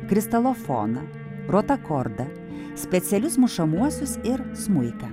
kristalofoną protakordą specialius mušamuosius ir smuiką